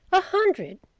a hundred.